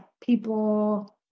people